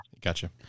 Gotcha